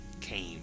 came